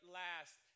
last